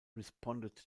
responded